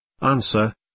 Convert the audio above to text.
Answer